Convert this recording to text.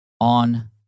on